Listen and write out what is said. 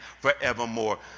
forevermore